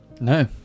No